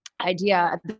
idea